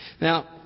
Now